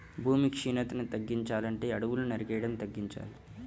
భూమి క్షీణతని తగ్గించాలంటే అడువుల్ని నరికేయడం తగ్గించాలి